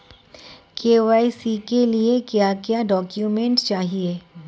KYC के लिए क्या क्या डॉक्यूमेंट चाहिए?